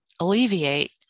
alleviate